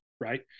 right